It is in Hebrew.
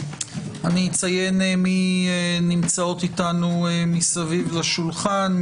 אציין מי נמצאות אתנו מסביב השולחן.